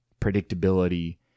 predictability